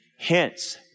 Hence